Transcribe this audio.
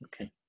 Okay